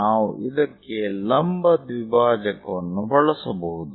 ನಾವು ಇದಕ್ಕೆ ಲಂಬ ದ್ವಿಭಾಜಕವನ್ನು ಬಳಸಬಹುದು